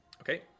Okay